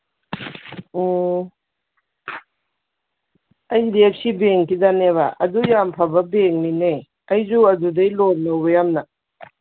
ꯑꯣ H D F C ꯕꯦꯡꯀꯤꯗꯅꯦꯕ ꯑꯗꯨ ꯌꯥꯝ ꯐꯕ ꯕꯦꯡꯅꯤꯅꯦ ꯑꯩꯁꯨ ꯑꯗꯨꯗꯩ ꯂꯣꯟ ꯂꯧꯋꯦ ꯌꯥꯝꯅ